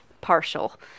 partial